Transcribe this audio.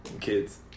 Kids